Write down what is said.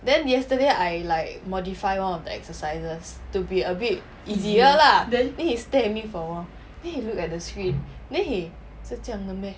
then yesterday I like modify one of the exercises to be a bit easier lah he stared at me for a while then he look at the screen then he 是这样的 meh